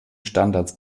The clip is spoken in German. standards